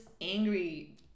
angry